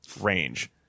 range